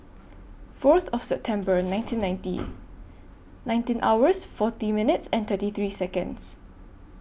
Fourth of September nineteen ninety nineteen hours forty minutes and thirty three Seconds